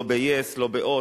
לא ב-yes לא ב"הוט".